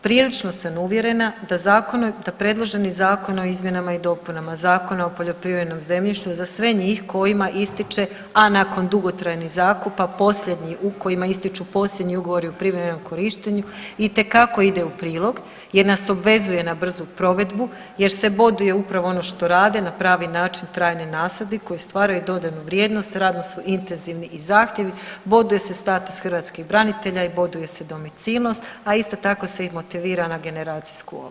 Prilično sam uvjerena da predloženi Zakon o izmjenama i dopunama Zakona o poljoprivrednom zemljištu za sve njih kojima ističe, a nakon dugotrajnih zakupa posljednji kojima ističu posljednji ugovori o privremenom korištenju itekako ide u prilog jer nas obvezuje na brzu provedbu, jer se boduje upravo ono što rade na pravi način trajni nasadi koji stvaraju dodanu vrijednost radno su intenzivni i zahtjevni, boduje se status hrvatskih branitelja i boduje se domicilnost, a isto tako se i motivira na generacijsku obnovu.